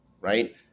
right